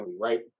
right